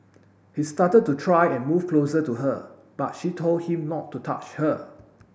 he started to try and move closer to her but she told him not to touch her